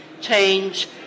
change